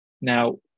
Now